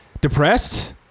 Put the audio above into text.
depressed